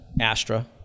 Astra